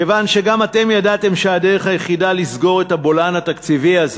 כיוון שגם אתם ידעתם שהדרך היחידה לסגור את הבולען התקציבי הזה